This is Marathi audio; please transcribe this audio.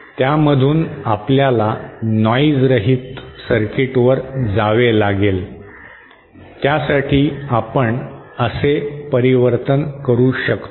त्यामधून आपल्याला नॉइजरहित सर्किटवर जावे लागेल त्यासाठी आपण असे परिवर्तन करू शकतो